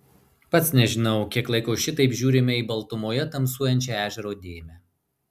pats nežinau kiek laiko šitaip žiūrime į baltumoje tamsuojančią ežero dėmę